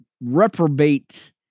reprobate